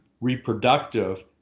reproductive